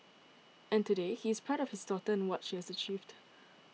and today he is proud of his daughter and what she has achieved